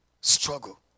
struggle